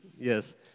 Yes